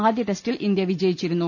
ആദ്യ ടെസ്റ്റിൽ ഇന്ത്യ വിജയി ച്ചിരുന്നു